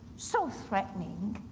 so threatening,